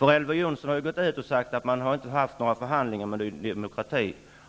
Elver Jonsson har sagt att man inte har fört några förhandlingar med Ny demokrati.